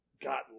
got